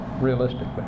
Realistically